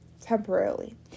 temporarily